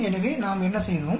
எனவே நாம் என்ன செய்தோம்